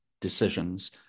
decisions